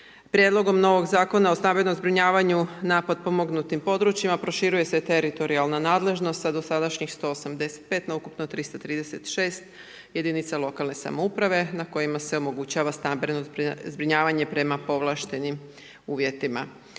Prijedlogom novog Zakona o stambenom zbrinjavanju na potpomognutim područjima proširuje se teritorijalna nadležnost sa dosadašnjih 185 na ukupno 336 jedinica lokalne samouprave na kojima se omogućava stambeno zbrinjavanje prema povlaštenim uvjetima.